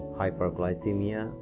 hyperglycemia